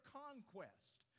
conquest